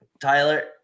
Tyler